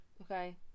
Okay